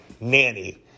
nanny